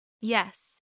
Yes